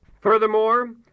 Furthermore